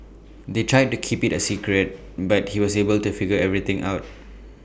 they tried to keep IT A secret but he was able to figure everything out